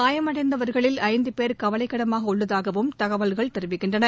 காயமடைந்தவர்களில் ஐந்து பேர் கவலைக்கிடமாக உள்ளதாகவும் தகவல்கள் தெரிவிக்கின்றன